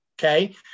Okay